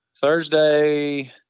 Thursday